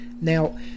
Now